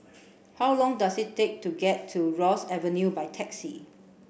how long does it take to get to Ross Avenue by taxi